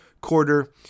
quarter